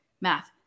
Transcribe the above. math